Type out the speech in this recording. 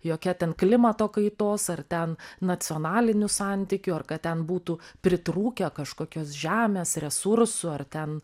jokia ten klimato kaitos ar ten nacionalinių santykių ar kad ten būtų pritrūkę kažkokios žemės resursų ar ten